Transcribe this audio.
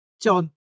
John